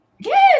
Yes